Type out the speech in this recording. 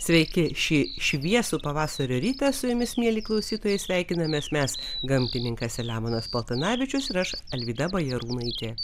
sveiki šį šviesų pavasario rytą su jumis mieli klausytojai sveikinamės mes gamtininkas selemonas paltanavičius ir aš alvyda bajarūnaitė